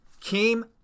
came